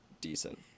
decent